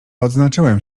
odznaczyłem